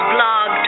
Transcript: Blog